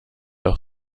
auch